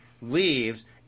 leaves